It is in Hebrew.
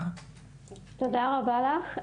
תודה רבה לך.